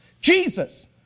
Jesus